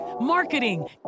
marketing